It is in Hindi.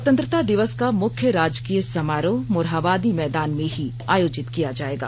स्वतंत्रता दिवस का मुख्य राजकीय समारोह मोरहाबादी मैदान में ही आयोजित किया जायेगा